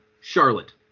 Charlotte